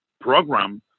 program